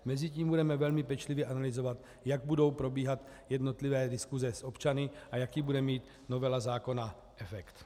Mezitím budeme velmi pečlivě analyzovat, jak budou probíhat jednotlivé diskuse s občany a jaký bude mít novela zákona efekt.